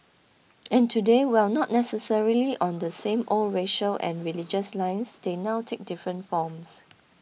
and today while not necessarily on the same old racial and religious lines they now take different forms